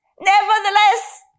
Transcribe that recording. nevertheless